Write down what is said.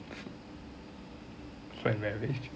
food and beverage